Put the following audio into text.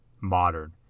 modern